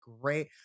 great